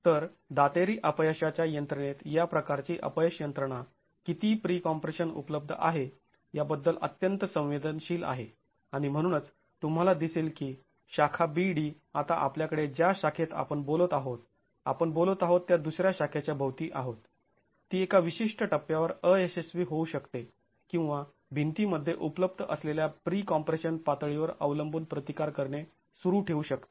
तर दातेरी अपयशाच्या यंत्रणेत या प्रकारची अपयश यंत्रणा किती प्रीकॉम्प्रेशन उपलब्ध आहे याबद्दल अत्यंत संवेदनशील आहे आणि म्हणूनच तुम्हाला दिसेल की शाखा bd आता आपल्याकडे ज्या शाखेत आपण बोलत आहोत आपण बोलत आहोत त्या दुसऱ्या शाखेच्या भोवती आहोत ती एका विशिष्ट टप्प्यावर अयशस्वी होऊ शकते किंवा भिंतीमध्ये उपलब्ध असलेल्या प्रीकॉम्प्रेशन पातळीवर अवलंबून प्रतिकार करणे सुरू ठेवू शकते